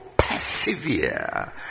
persevere